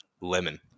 lemon